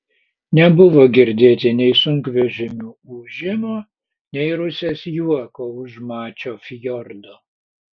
nebuvo girdėti nei sunkvežimių ūžimo nei rusės juoko už mačio fjordo